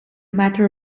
matter